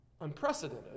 unprecedented